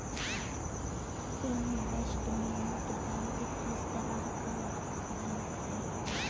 Investment bank किस तरह का बैंक है?